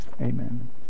amen